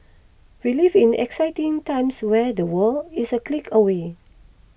we live in exciting times where the world is a click away